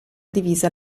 divisa